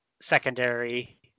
secondary